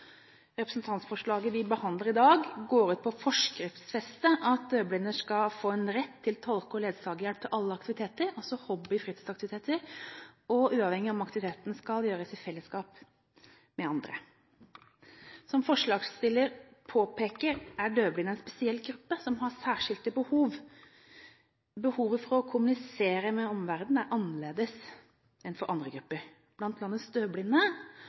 Representantforslaget vi behandler i dag, går ut på å forskriftsfeste at døvblinde skal få en rett til tolke- og ledsagerhjelp, til alle aktiviteter, altså hobby- og fritidsaktiviteter, uavhengig av om aktiviteten skal gjøres i fellesskap med andre. Som forslagsstiller påpeker, er døvblinde en spesiell gruppe som har særskilte behov. Behovet for å kommunisere med omverdenen er annerledes enn for andre grupper. Blant